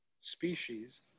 species